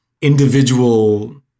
individual